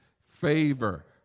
favor